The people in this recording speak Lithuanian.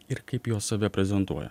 ir kaip jos save prezentuoja